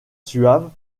suave